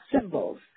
symbols